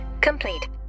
complete